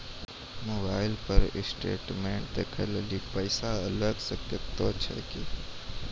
Mobile पर statement देखे लेली पैसा अलग से कतो छै की?